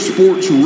Sports